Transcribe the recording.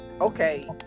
okay